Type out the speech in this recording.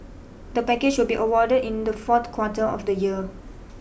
the package will be awarded in the fourth quarter of the year